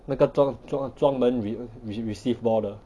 那个撞撞撞人 re~ re~ receive ball 的